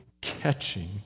catching